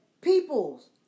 people's